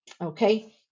okay